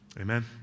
Amen